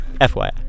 FYI